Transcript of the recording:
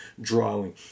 drawing